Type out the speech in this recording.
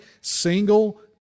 single